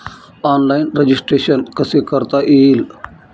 Online registration कसे करता येईल?